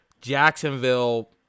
Jacksonville